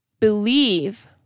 believe